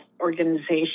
Organization